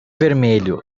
vermelho